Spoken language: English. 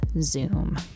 Zoom